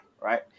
right